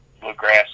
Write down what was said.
Bluegrass